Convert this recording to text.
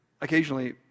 occasionally